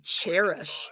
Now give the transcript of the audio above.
cherish